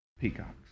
peacocks